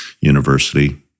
university